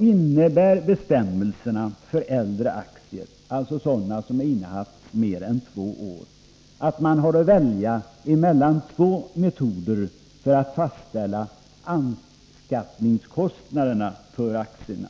vill jag säga att bestämmelserna innebär att man för äldre aktier, dvs. sådana som innehafts mer än två år, har att välja mellan två metoder för att fastställa anskaffningskostnaderna för aktierna.